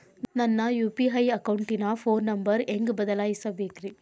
ನನ್ನ ಯು.ಪಿ.ಐ ಅಕೌಂಟಿನ phone number ಹೆಂಗ್ ಬದಲಾಯಿಸ ಬೇಕ್ರಿ?